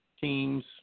teams